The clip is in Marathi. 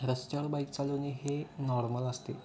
रस्त्यावर बाईक चालवणे हे नॉर्मल असते